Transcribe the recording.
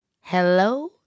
hello